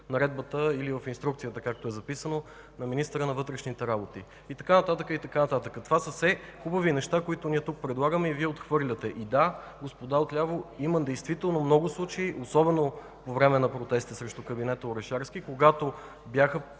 наредбата или, както е записано, в инструкция на министъра на вътрешните работи. И така нататък, и така нататък – това са все хубави неща, които ние тук предлагаме, а Вие отхвърляте. Да, господа от ляво, действително има много случаи, особено по време на протеста срещу кабинета Орешарски, когато бяха